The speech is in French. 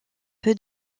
peu